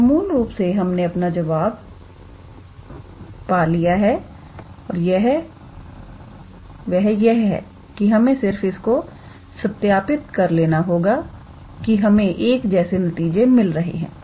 तो मूल रूप से हमने अपना जवाब का लिया है और वह यह है कि हमें सिर्फ इसको सत्यापित कर लेना होगा के हमें एक जैसे नतीजे मिल रहे हैं